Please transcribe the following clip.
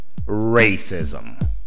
racism